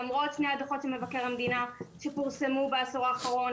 למרות שני הדוחות של מבקר המדינה שפורסמו בעשור האחרון,